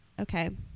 Okay